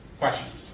Questions